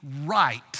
right